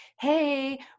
hey